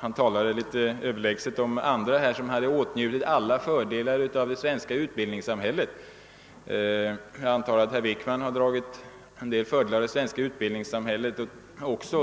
Han talade litet överlägset om andra som åtnjutit alla fördelar av det svenska utbildningssamhället, men jag antar att även herr Wickman dragit vissa fördelar av det.